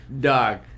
Dog